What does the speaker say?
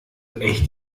echt